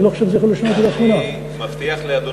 אני לא חושב שזה יכול להיות 2.8. אני מבטיח לאדוני